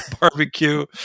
barbecue